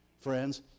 friends